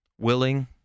willing